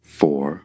four